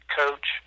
coach